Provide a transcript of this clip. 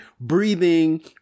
breathing